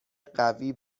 قوی